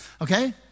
Okay